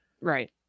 Right